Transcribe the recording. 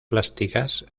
plásticas